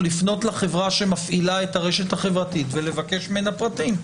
לפנות לחברה שמפעילה את הרשת החברתית ולבקש ממנה פרטים.